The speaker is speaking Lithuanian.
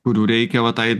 kurių reikia va tai